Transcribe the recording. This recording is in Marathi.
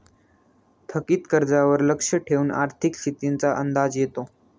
थकीत कर्जावर लक्ष ठेवून आर्थिक स्थितीचा अंदाज येतो